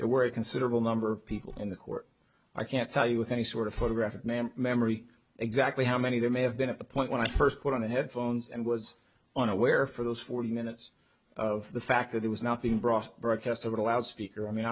there were a considerable number of people in the court i can't tell you with any sort of photographic memory memory exactly how many there may have been at the point when i first put on the headphones and was on aware for those forty minutes of the fact that there was nothing brought broadcast over the loudspeaker i mean